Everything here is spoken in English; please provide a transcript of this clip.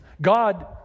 God